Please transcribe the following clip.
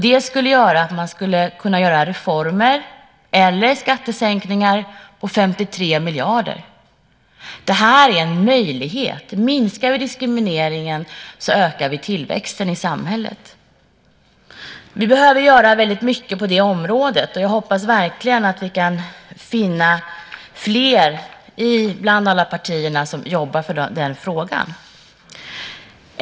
Det skulle göra att man skulle kunna göra reformer eller skattesänkningar med 53 miljarder. Det här är en möjlighet. Minskar vi diskrimineringen så ökar vi tillväxten i samhället. Vi behöver göra väldigt mycket på det området, och jag hoppas verkligen att vi kan finna fler bland alla partierna som jobbar för den frågan.